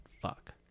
fuck